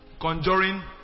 conjuring